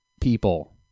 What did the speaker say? people